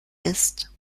ist